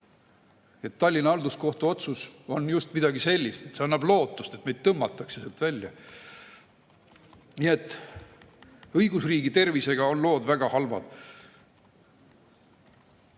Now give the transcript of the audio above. Tallinna Halduskohtu otsus on just midagi sellist, see annab lootust, et meid tõmmatakse sealt välja. Nii et õigusriigi tervisega on lood väga halvad.